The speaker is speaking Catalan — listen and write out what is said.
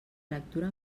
lectura